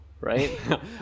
right